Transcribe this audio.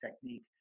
technique